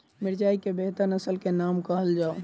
मिर्चाई केँ बेहतर नस्ल केँ नाम कहल जाउ?